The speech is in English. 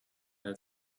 had